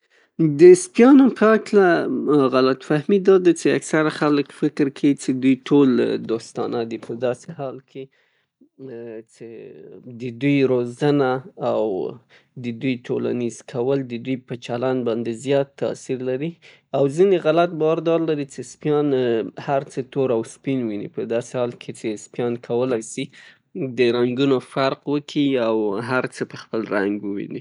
د سپیانو په هکله غلط فهمي دا ده چې اکثره خلک فکر کيي چې دوی ټول دوستانه دي په داسې حال کې چې د دوی روزنه او د دوی ټولنیز کول د دوی په چلند باندې زیات تاثیر لري او ځینې غلط باور دا لري چې سپیان هر څه تور او سپین ویني په داسې حال کې چې سپیان کولی شي د رنګونو فرق وکي او هر څه په خپل رنګ وويني.